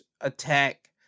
attack